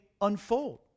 unfold